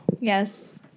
yes